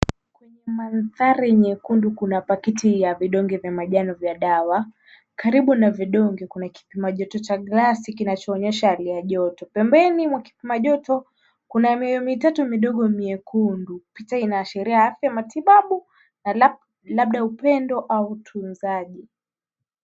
Mandhari nyekundu kuna pakiti ya vidonge vya manjano vya dawa, karibu na vidonge kuna kipima joto cha glasi kinachoonenyesha hali ya joto. Pembeni mwa kipima joto kuna mioyo mitatu midogo myekundu. Picha inaashiria afya ya matibabu na labda upendo au utunzaji.